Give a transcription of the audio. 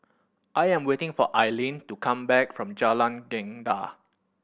I am waiting for Ailene to come back from Jalan Gendang